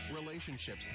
relationships